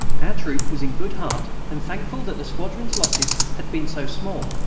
our troop was in good heart and thankful that the squadron's losses had been so small.